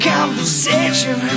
Conversation